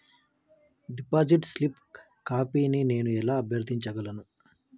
Deposit slip కాపీని నేను ఎలా అభ్యర్థించగలను?